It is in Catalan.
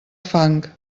fang